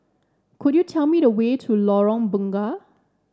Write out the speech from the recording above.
could you tell me the way to Lorong Bunga